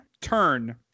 turn